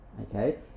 okay